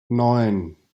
neun